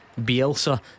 Bielsa